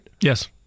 Yes